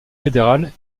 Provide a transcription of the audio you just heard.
fédéral